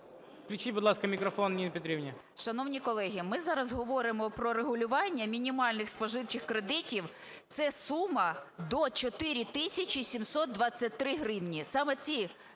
Включіть, будь ласка, мікрофон Ніні Петрівні.